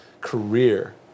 career